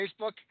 Facebook